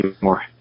more